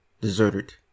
Deserted